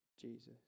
Jesus